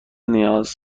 نیاز